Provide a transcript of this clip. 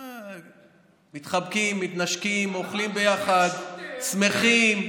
מתחבקים, מתנשקים, אוכלים ביחד, שמחים.